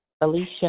Alicia